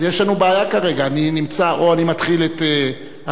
אז יש לנו בעיה כרגע: או שאני מתחיל את החקיקה,